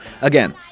again